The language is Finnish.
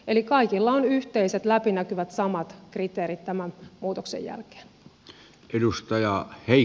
eli kaikilla on yhteiset läpinäkyvät samat kriteerit tämän muutoksen jälkeen